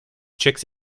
chicks